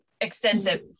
extensive